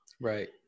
right